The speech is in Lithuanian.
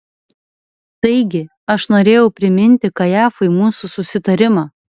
taigi aš norėjau priminti kajafui mūsų susitarimą